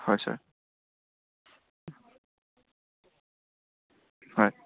হয় ছাৰ হয়